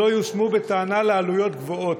שלא יושמו בטענה לעלויות גבוהות,